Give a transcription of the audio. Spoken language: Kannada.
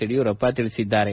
ಯಡಿಯೂರಪ್ಪ ಹೇಳಿದ್ದಾರೆ